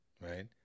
right